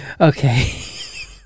Okay